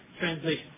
translation